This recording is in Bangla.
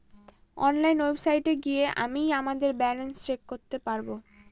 অনলাইন ওয়েবসাইটে গিয়ে আমিই আমাদের ব্যালান্স চেক করতে পারবো